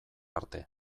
arte